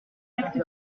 actes